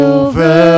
over